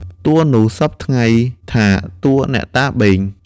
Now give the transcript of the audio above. ទួលនោះសព្វថ្ងៃថា ទួលអ្នកតាបេង ។